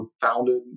founded